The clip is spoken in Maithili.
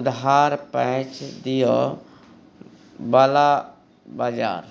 उधार पैंच दिअ बला बजार